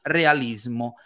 realismo